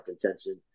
contention